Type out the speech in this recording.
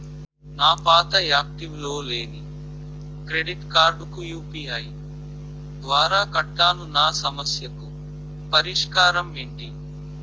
నా పాత యాక్టివ్ లో లేని క్రెడిట్ కార్డుకు యు.పి.ఐ ద్వారా కట్టాను నా సమస్యకు పరిష్కారం ఎంటి?